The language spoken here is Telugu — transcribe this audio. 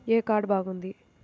ఏ కార్డు బాగుంది?